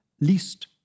least